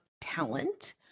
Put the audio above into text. talent